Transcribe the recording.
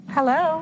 Hello